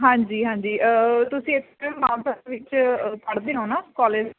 ਹਾਂਜੀ ਹਾਂਜੀ ਤੁਸੀਂ ਇਸ ਟਾਈਮ ਮਾਨਸਾ ਵਿੱਚ ਪੜ੍ਹਦੇ ਹੋ ਨਾ ਕੋਲਜ